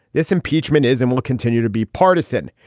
this impeachment is and will continue to be partisan.